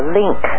link